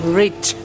rich